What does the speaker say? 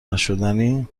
نشدنی